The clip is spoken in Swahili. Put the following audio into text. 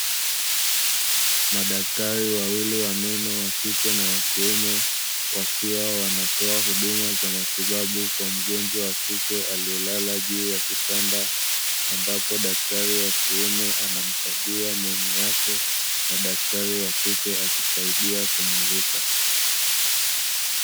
Madaktari wawili wameno wakike na wakiume wakiwa wanatoa huduma za matibabu kwa mgonjwa wakike aliyelala juu ya kitanda, ambapo daktari wa kiume anamkagua meno yake na daktari wakike akisaidia kumulika.